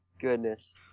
goodness